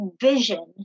vision